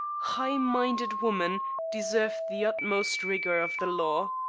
high-minded woman deserved the utmost rigor of the law,